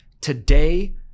today